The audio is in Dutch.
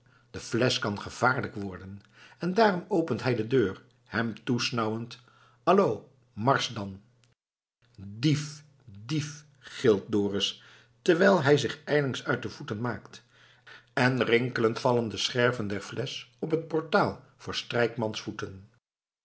de flesch kan gevaarlijk worden en daarom opent hij de deur hem toesnauwend allo marsch dan dief dief gilt dorus terwijl hij zich ijlings uit de voeten maakt en rinkelend vallen de scherven der flesch op het portaal voor strijkmans voeten